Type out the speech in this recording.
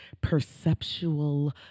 perceptual